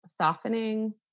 softening